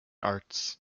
arts